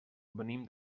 venim